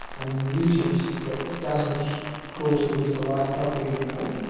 a mutant that doesn't crawl towards the light properly anymore,